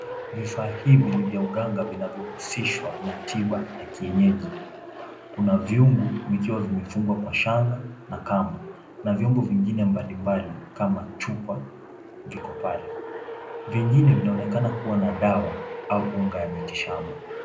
Vifaa hivi ni vya uganga vinavyohusishwa na tiba ya kienyeji. Kuna nyungu vikiwa vimefungwa kwa shanga na kamba na vyombo vingine mbalimbali kama chupa viko pale. Vingine vinaonekana kuwa na dawa au unga ya miti shamba.